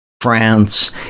France